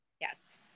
Yes